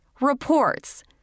Reports